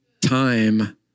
time